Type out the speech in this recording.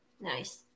Nice